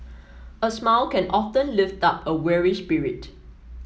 a smile can often lift up a weary spirit